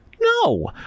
no